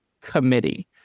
committee